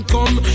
Come